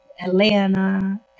Atlanta